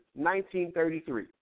1933